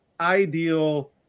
ideal